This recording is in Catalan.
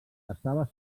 estava